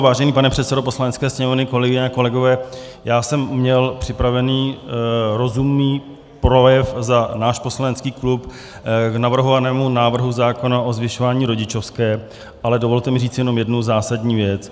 Vážený pane předsedo Poslanecké sněmovny, kolegyně a kolegové, já jsem měl připravený rozumný projev za náš poslanecký klub k navrhovanému návrhu zákona o zvyšování rodičovské, ale dovolte mi říct jenom jednu zásadní věc.